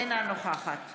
אינה נוכחת